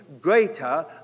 greater